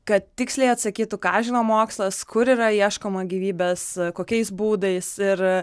kad tiksliai atsakytų ką žino mokslas kur yra ieškoma gyvybės kokiais būdais ir